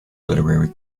literary